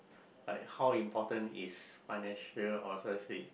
like how important is financial